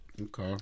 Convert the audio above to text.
Okay